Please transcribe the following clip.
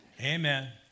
amen